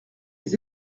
les